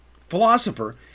philosopher